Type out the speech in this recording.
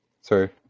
Sorry